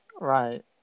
right